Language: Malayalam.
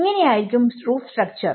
ഇങ്ങനെ ആയിരിക്കും റൂഫ് സ്ട്രക്ച്ചർ